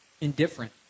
indifferent